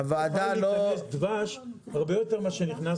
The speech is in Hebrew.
כי אז יוכל להיכנס דבש הרבה יותר ממה שנכנס